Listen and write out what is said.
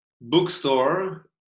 bookstore